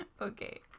Okay